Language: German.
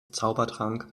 zaubertrank